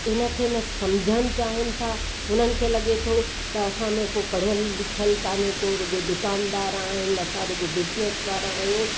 हिन खे न सम्झणु चाहिनि था हुननि खे लॻे थो त असां में हू पढ़ियल लिखियल काने को रूगो दुकानदार आहिनि असां रूगो बिज़नेस वारा आहियूं